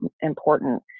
important